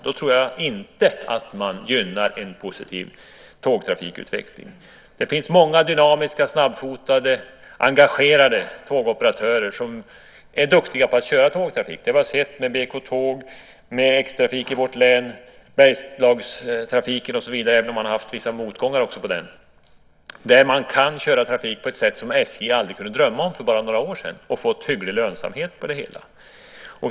Då tror jag inte att man gynnar en positiv utveckling av tågtrafiken. Det finns många dynamiska snabbfotade, engagerade tågoperatörer som är duktiga på att köra tågtrafik. Det vi har sett med BK-Tåg och X-Trafik i vårt län, bergslagstrafiken och så vidare, även om det har varit vissa motgångar där, är att det går att köra trafik på ett sätt som SJ aldrig kunde drömma om för några år sedan - och få hygglig lönsamhet på det hela.